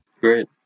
Great